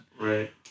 Right